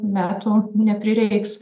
metų neprireiks